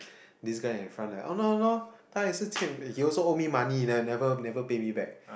this guy in front oh no no no !hanor! !hanor! 他也是欠 he also owed me money then never never pay me back